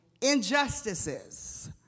injustices